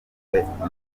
yatanzwe